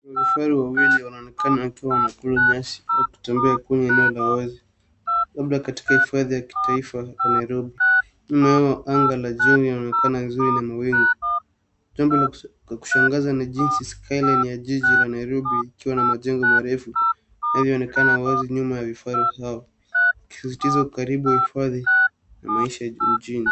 Kuna vifaru wawili wanaonekana wakiwa wanakula nyasi au kutembea kwenye mandhari ya wazi, labda katika hifadhi ya kitaifa la Nairobi. Mmea wa anga la juu inaonekana vizuri na mawingu. Jambo la kushangaza ni jinsi skyline ya jiji la Nairobi ikiwa na majengo marefu, haiwezi onekana wazi nyuma ya vifaru hao. Ikisisitiza ukaribu wa uhifadhi na maisha mjini.